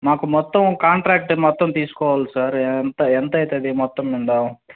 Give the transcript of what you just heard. మాకు మొత్తం కాంట్రాక్ట్ మొత్తం తీసుకోవాలి సార్ ఎంత ఎంత అవుతుంది మొత్తం నిండా